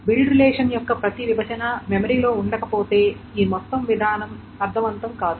build relation యొక్క ప్రతి విభజన మెమరీ లో ఉండకపోతే ఈ మొత్తం విధానం అర్ధవంతం కాదు